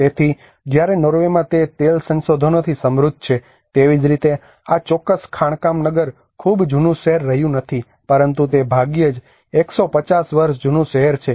તેથી જ્યારે નોર્વેમાં તે તેલ સંસાધનોથી સમૃદ્ધ છે તેવી જ રીતે આ ચોક્કસ ખાણકામ નગર ખૂબ જૂનું શહેર રહ્યું નથી પરંતુ તે ભાગ્યે જ 150 વર્ષ જૂનું શહેર છે